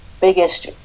biggest